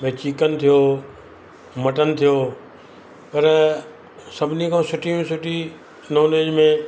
भाई चिकन थियो मटन थियो पर सभनी खां सुठे में सुठी नोनवेज में